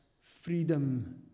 freedom